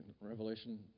Revelation